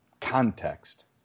context